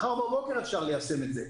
מחר בבוקר אפשר ליישם את זה,